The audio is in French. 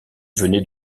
venait